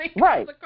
Right